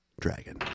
dragon